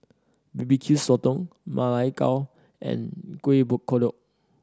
B B Q Sotong Ma Lai Gao and Kuih Kodok